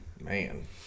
Man